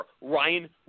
Ryan